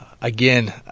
Again